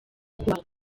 kubaho